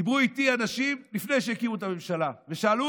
דיברו איתי אנשים לפני שהקימו את הממשלה ושאלו